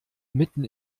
mitten